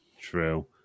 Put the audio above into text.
True